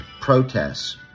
protests